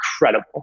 incredible